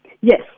Yes